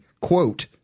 quote